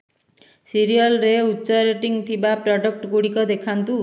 ସିରିଅଲ୍ରେ ଉଚ୍ଚ ରେଟିଂ ଥିବା ପ୍ରଡ଼କ୍ଟ୍ ଗୁଡ଼ିକ ଦେଖାନ୍ତୁ